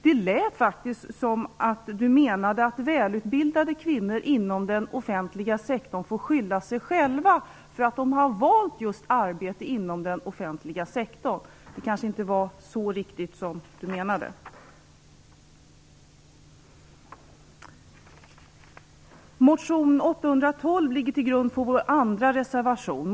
Det lät faktiskt som om Hans Hjortzberg-Nordlund menade att välutbildade kvinnor inom den offentliga sektorn får skylla sig själva för att de valt arbete just inom den offentliga sektorn. Det kanske inte var menat riktigt så. Motion 812 ligger till grund för vår andra reservation.